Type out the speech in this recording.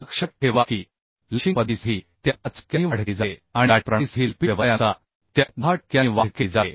लक्षात ठेवा की लेशिंग पद्धतीसाठी त्यात 5 टक्क्यांनी वाढ केली जाते आणि बॅटन प्रणालीसाठी लेपित व्यवसायानुसार त्यात 10 टक्क्यांनी वाढ केली जाते